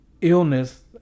illness